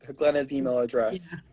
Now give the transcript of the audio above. glenna's email address.